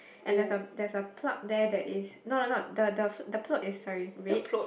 and there's a there's a plug there that is no no no the the plug is red sorry